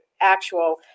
actual